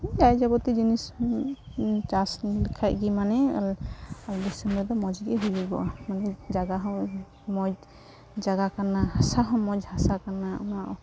ᱡᱟᱭᱼᱡᱟᱵᱚᱛᱤᱭᱚ ᱡᱤᱱᱤᱥ ᱪᱟᱥ ᱞᱮᱠᱷᱟᱱᱜᱮ ᱢᱟᱱᱮ ᱟᱞᱮᱥᱮᱱ ᱨᱮᱫᱚ ᱢᱚᱡᱽᱜᱮ ᱦᱩᱭᱩᱜᱚᱼᱟ ᱢᱟᱱᱮ ᱡᱟᱭᱜᱟᱦᱚᱸ ᱢᱚᱡᱽ ᱡᱟᱭᱜᱟ ᱠᱟᱱᱟ ᱦᱟᱥᱟᱦᱚᱸ ᱢᱚᱡᱽ ᱦᱟᱥᱟ ᱠᱟᱱᱟ ᱚᱱᱟ